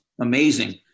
amazing